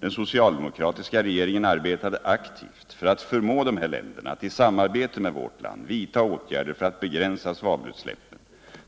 Den socialdemokratiska regeringen arbetade aktivt för att förmå dessa länder att i samarbete med vårt land vidta åtgärder för att begränsa svavelutsläppen.